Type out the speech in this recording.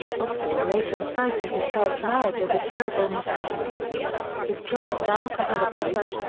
osbourne later referred to his first marriage as a terrible mistake his drug and alcohol abuse,